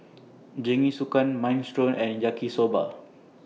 Jingisukan Minestrone and Yaki Soba